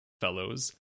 fellows